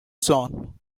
zone